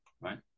right